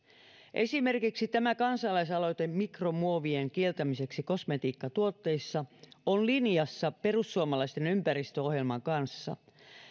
esimerkiksi tämä kansalaisaloite mikromuovien kieltämiseksi kosmetiikkatuotteissa on linjassa perussuomalaisten ympäristöohjelman kanssa